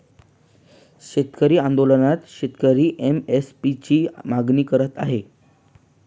शेतकरी आंदोलनात शेतकरी एम.एस.पी ची मागणी करत आहे